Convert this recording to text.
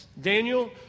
Daniel